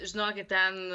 žinokit ten